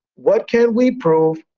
what can we prove?